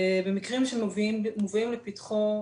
במקרים שמובאים לפתחו,